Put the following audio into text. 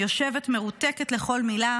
יושבת מרותקת לכל מילה,